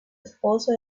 esposo